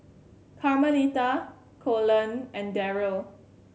Carmelita Colon and Daryle